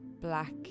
black